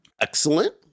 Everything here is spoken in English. Excellent